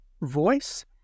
voice